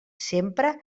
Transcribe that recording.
sempre